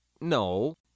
no